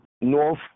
North